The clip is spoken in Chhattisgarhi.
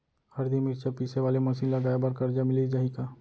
हरदी, मिरचा पीसे वाले मशीन लगाए बर करजा मिलिस जाही का?